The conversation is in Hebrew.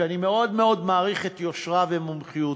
שאני מאוד מאוד מעריך את יושרה ומומחיותה: